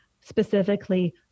specifically